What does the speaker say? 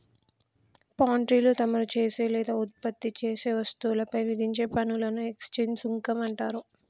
పాన్ట్రీలో తమరు చేసే లేదా ఉత్పత్తి చేసే వస్తువులపై విధించే పనులను ఎక్స్చేంజ్ సుంకం అంటారు